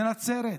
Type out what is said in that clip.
לנצרת.